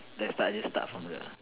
let's start just start from the